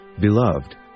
Beloved